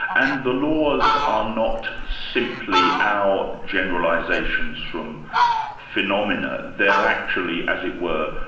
and the laws are not simply our generalizations from phenomena. they're actually, as it were,